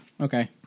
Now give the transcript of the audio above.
Okay